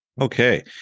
Okay